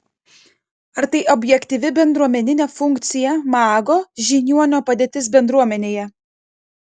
ar tai objektyvi bendruomeninė funkcija mago žiniuonio padėtis bendruomenėje